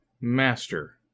master